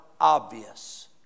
obvious